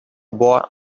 boy